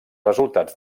resultats